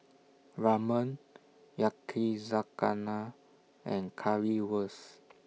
Ramen Yakizakana and Currywurst